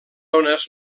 ones